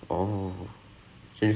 and then ya it's very fun